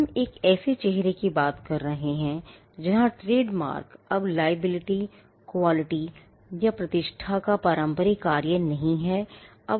हम एक ऐसे चेहरे की बात कर रहे हैं जहाँ ट्रेडमार्क अब liabilityquality या प्रतिष्ठा का पारंपरिक कार्य नहीं करते हैं